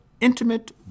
intimate